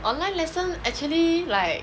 online lesson actually like